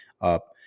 up